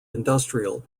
industrial